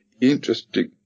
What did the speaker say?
interesting